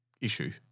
issue